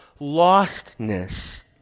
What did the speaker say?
lostness